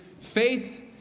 Faith